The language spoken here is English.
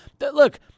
look